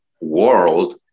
world